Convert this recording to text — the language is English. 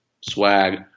swag